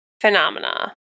phenomena